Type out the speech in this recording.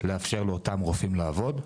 לאפשר לאותם רופאים לעבוד.